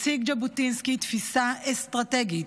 הציג ז'בוטינסקי תפיסה אסטרטגית,